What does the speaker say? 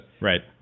Right